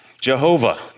Jehovah